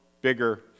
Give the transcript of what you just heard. bigger